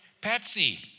Patsy